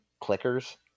clickers